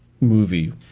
movie